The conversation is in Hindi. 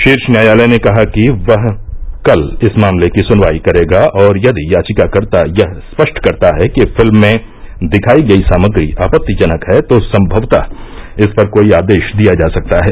शीर्ष न्यायालय ने कहा कि वह कल इस मामले की सुनवाई करेगा और यदि याचिकाकर्ता यह स्पष्ट करता है कि फिल्म में दिखाई गई सामग्री आपत्तिजनक है तो संभवतः इस पर कोई आदेश दिया जा सकता है